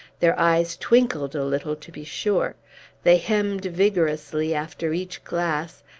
their eyes twinkled a little, to be sure they hemmed vigorously after each glass,